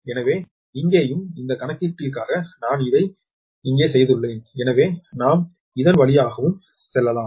எனவே இங்கேயும் இந்த கணக்கீட்டிற்காக நான் இதை இங்கே செய்துள்ளேன் எனவே நாம் இதன் வழியாகவும் செல்லலாம்